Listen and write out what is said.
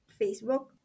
Facebook